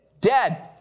Dead